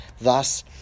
Thus